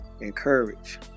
encourage